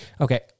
Okay